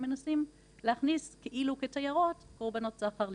שמנסים להכניס כאילו כתיירות, קורבנות סחר לישראל.